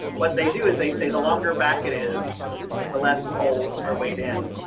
what they do is they say, the longer back. it is the less polls are weighing in